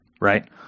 right